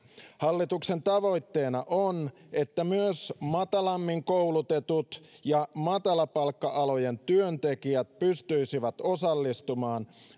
hallituksen tavoitteena on että myös matalammin koulutetut ja matalapalkka alojen työntekijät pystyisivät osallistumaan